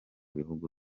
bihugu